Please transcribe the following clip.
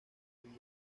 vieja